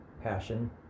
passion